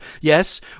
Yes